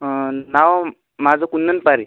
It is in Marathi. नाव माझं कुंदन पारी